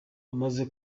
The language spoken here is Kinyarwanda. bamaze